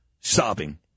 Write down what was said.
sobbing